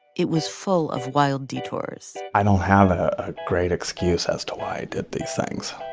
it was full of wild detours i don't have a great excuse as to why i did these things.